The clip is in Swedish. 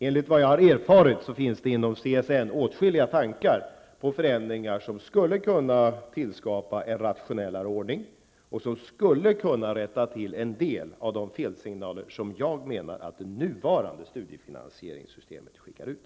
Enligt vad jag har erfarit finns det inom CSN åtskilliga tankar på förändringar, som skulle kunna skapa en rationellare ordning och rätta till en del av de felsignaler som jag menar att det nuvarande studiefinansieringssystemet skickar ut.